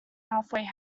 halfway